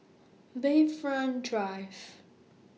Bayfront Drive